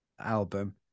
album